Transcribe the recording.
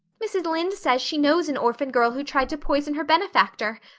mrs. lynde says she knows an orphan girl who tried to poison her benefactor.